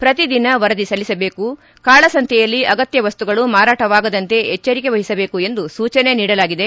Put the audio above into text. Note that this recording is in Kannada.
ಶ್ರತಿದಿನ ವರದಿ ಸಲ್ಲಿಸಬೇಕು ಕಾಳಸಂತೆಯಲ್ಲಿ ಅಗತ್ನ ವಸ್ತುಗಳು ಮಾರಾಟವಾಗದಂತೆ ಎಚ್ಚರಿಕೆ ವಹಿಸಬೇಕು ಎಂದು ಸೂಚನೆ ನೀಡಲಾಗಿದೆ